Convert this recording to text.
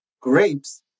grapes